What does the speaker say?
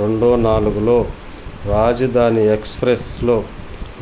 రెండు నాలుగులో రాజధాని ఎక్స్ప్రెస్లో